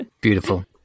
Beautiful